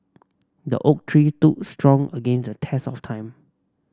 the oak tree strong against a test of time